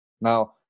Now